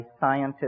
scientists